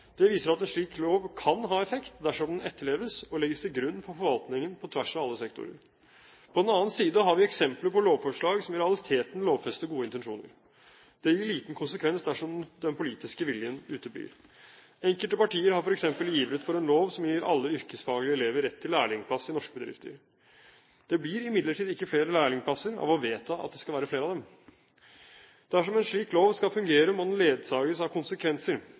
Det viser at en slik lov kan ha effekt dersom den etterleves og legges til grunn for forvaltningen på tvers av alle sektorer. På den annen side har vi eksempler på lovforslag som i realiteten lovfester gode intensjoner. Det gir liten konsekvens dersom den politiske viljen uteblir. Enkelte partier har f.eks. ivret for en lov som gir alle yrkesfaglige elever rett til lærlingplass i norske bedrifter. Det blir imidlertid ikke flere lærlingplasser av å vedta at det skal være flere av dem. Dersom en slik lov skal fungere, må den ledsages av konsekvenser.